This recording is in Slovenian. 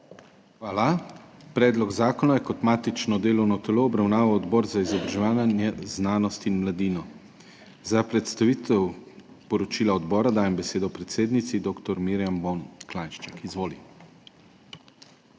Hvala. Predlog zakona je kot matično delovno telo obravnaval Odbor za izobraževanje, znanost in mladino. Za predstavitev poročila odbora dajem besedo predsednici dr. Mirjam Bon Klanjšček. Izvoli.